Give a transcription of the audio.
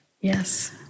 Yes